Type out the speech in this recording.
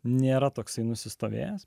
nėra toksai nusistovėjęs